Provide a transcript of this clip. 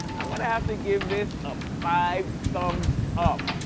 i'm gonna have to give this a five thumbs up.